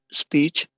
speech